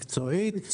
מקצועית,